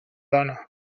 dona